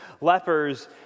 lepers